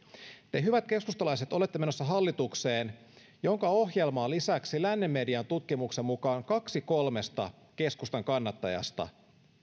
te hyvät keskustalaiset olette menossa hallitukseen jonka ohjelmaan lisäksi lännen median tutkimuksen mukaan kaksi kolmesta keskustan kannattajasta